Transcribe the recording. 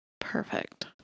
perfect